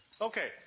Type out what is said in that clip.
Okay